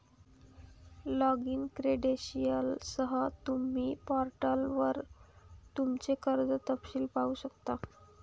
login क्रेडेंशियलसह, तुम्ही पोर्टलवर तुमचे कर्ज तपशील पाहू शकता